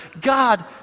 God